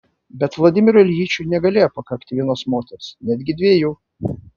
bet vladimirui iljičiui negalėjo pakakti vienos moters netgi dviejų